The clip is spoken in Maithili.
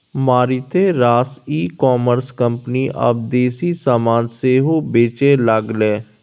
मारिते रास ई कॉमर्स कंपनी आब देसी समान सेहो बेचय लागलै